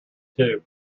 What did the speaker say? two